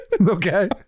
Okay